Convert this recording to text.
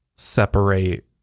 separate